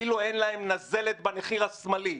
אפילו אין להם נזלת בנחיר השמאלי,